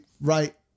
right